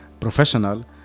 professional